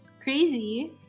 Crazy